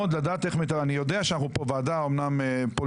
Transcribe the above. אני יודע שאנחנו פה ועדה פוליטית,